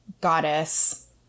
goddess